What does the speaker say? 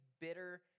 bitter